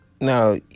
Now